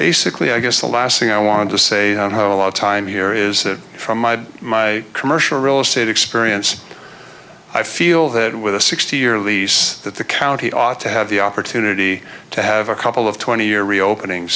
basically i guess the last thing i want to say on how a lot of time here is that from my my commercial real estate experience i feel that with a sixty year lease that the county ought to have the opportunity to have a couple of twenty year reopening